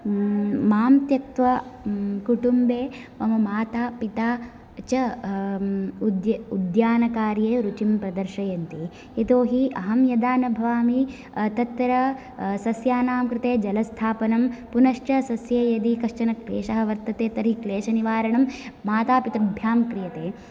मां त्यक्त्वा कुटुम्बे मम माता पिता च उद्या उद्यानकार्ये रुचिं प्रदर्शयन्ति यतोहि अहं यदा न भवामि तत्र सस्यानां कृते जल स्थापनं पुनश्च सस्ये यदि कश्चन क्लेशः वर्तत तर्हि क्लेशनिवारणं माता पितृभ्यां क्रियते